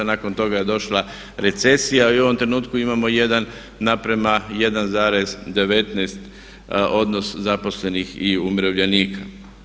Nakon toga je došla recesija i ovom trenutku imamo 1:1,19 odnos zaposlenih i umirovljenika.